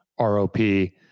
ROP